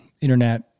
internet